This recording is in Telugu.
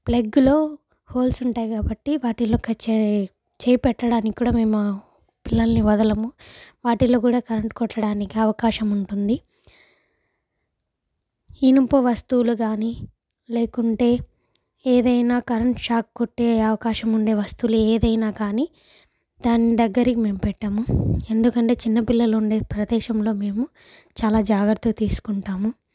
ప్లగ్లో హోల్స్ ఉంటాయి కాబట్టి వాటిల్లో కట్ చేయి చేయి పెట్టడానికి కూడా మేము పిల్లల్ని వదలము వాటిల్లో కూడా కరెంటు కొట్టడానికి అవకాశం ఉంటుంది ఇనుప వస్తువులు కాని లేకుంటే ఏదైనా కరెంట్ షాక్ కొట్టే అవకాశం ఉండే వస్తువులు ఏదైనా కానీ దాన్ని దగ్గర మేము పెట్టము ఎందుకంటే చిన్న పిల్లలు ఉండే ప్రదేశంలో మేము చాలా జాగ్రత్త తీసుకుంటాము